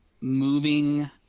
moving